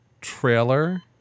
trailer